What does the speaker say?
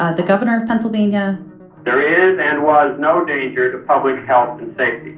ah the governor of pennsylvania there is and was no danger to public health and safety.